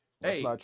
Hey